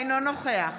אינו נוכח